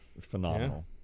phenomenal